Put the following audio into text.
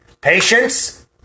Patience